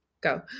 Go